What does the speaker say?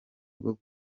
rwo